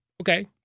Okay